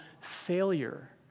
failure